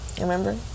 Remember